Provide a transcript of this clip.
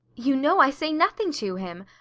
you know i say nothing to him,